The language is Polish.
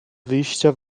wyjścia